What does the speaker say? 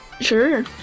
Sure